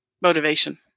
motivation